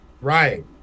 Right